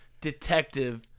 Detective